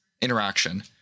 Interaction